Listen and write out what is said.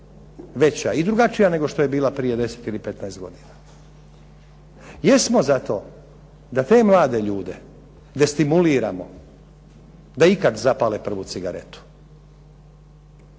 veća i drugačija nego što je bila prije 10 ili 15 godina. Jesmo za to da te mlade ljude destimuliramo da ikad zapale prvu cigaretu.